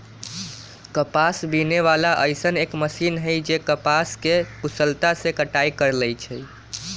कपास बीने वाला अइसन एक मशीन है जे कपास के कुशलता से कटाई कर लेई छई